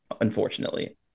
unfortunately